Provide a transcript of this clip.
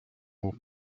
more